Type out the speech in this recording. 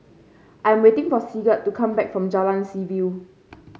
I am waiting for Sigurd to come back from Jalan Seaview